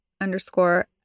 underscore